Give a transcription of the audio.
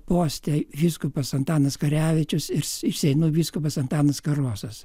poste vyskupas antanas karevičius ir seinų vyskupas antanas karosas